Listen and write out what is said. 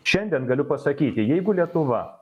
šiandien galiu pasakyti jeigu lietuva